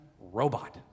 robot